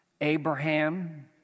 Abraham